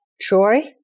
joy